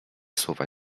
słowa